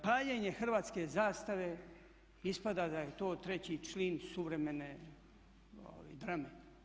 Paljenje hrvatske zastave ispada da je to treći čin suvremene drame.